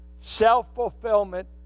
self-fulfillment